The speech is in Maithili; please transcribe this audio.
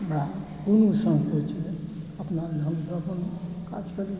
हमरा कोनो संकोच नहि अपना हमसभ अपन काज करै छी